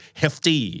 hefty